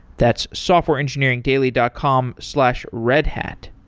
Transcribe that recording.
that's softwareengineeringdaily dot com slash redhat.